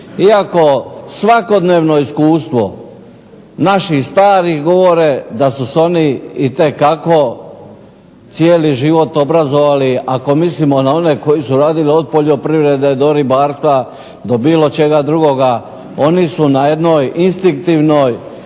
iako svakodnevno iskustva naših starih govore da su se oni itekako cijeli život obrazovali, ako misle na one koji su radili od poljoprivrede do ribarstva, do bilo čega drugoga, oni su na jednoj instinktivnoj